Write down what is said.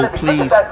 please